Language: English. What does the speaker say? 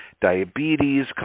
diabetes